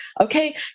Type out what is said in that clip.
Okay